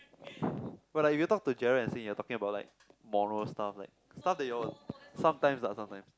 but like if you talk to Gerald and say you're talking about like morale stuff like stuff that you all sometimes ah sometimes